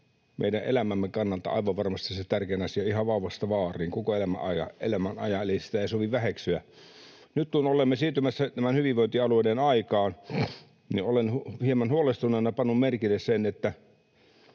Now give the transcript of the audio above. meidän elämämme kannalta aivan varmasti se tärkein asia ihan vauvasta vaariin, koko elämän ajan, eli sitä ei sovi väheksyä. Nyt kun olemme siirtymässä tähän hyvinvointialueiden aikaan, niin olen hieman huolestuneena pannut merkille sen, että